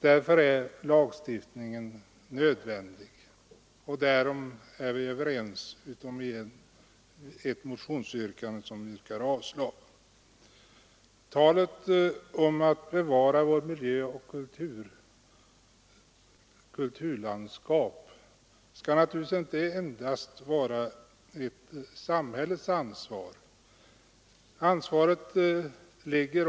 Därför är lagstiftningen nödvändig, och därom är vi överens utom i vad det gäller ett motionsyrkande. Bevarandet av vår miljö och vårt kulturlandskap skall naturligtvis inte endast vara ett samhällets ansvar.